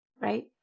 right